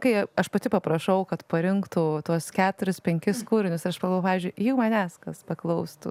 kai aš pati paprašau kad parinktų tuos keturis penkis kūrinius aš pagalvoju pavyzdžiui jeigu manęs kas paklaustų